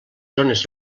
zones